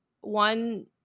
one